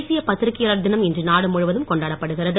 தேசிய பத்திரிக்கையாளர் தினம் இன்று நாடு முழுவதும் கொண்டாடப்படுகிறது